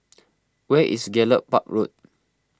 where is Gallop Park Road